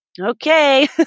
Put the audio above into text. okay